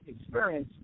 experience